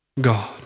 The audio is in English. God